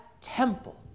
temple